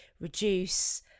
reduce